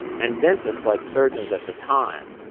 and dentists, like surgeons at the time,